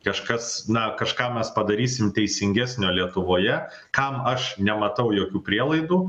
kažkas na kažką mes padarysim teisingesnio lietuvoje kam aš nematau jokių prielaidų